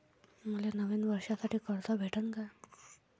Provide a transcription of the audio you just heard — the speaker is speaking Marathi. मले नवीन वर्षासाठी कर्ज भेटन का?